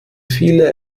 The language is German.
viele